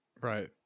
Right